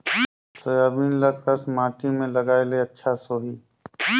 Soybean ल कस माटी मे लगाय ले अच्छा सोही?